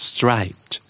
Striped